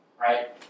right